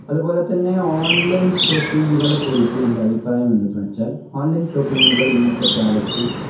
അതുപോലെ തന്നെ ഓൺലൈൻ ഷോപ്പിങ്ങുകളെ കുറിച്ചു എൻ്റെ അഭിപ്രായം എന്തെന്ന് വച്ചാൽ ഓൺലൈൻ ഷോപ്പിങ്ങുകൾ ഇന്നത്തെ കാലത്ത്